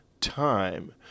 time